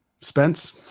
Spence